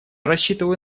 рассчитываю